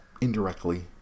indirectly